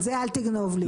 את זה אל תגנוב לי.